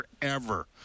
forever